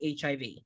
HIV